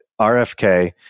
RFK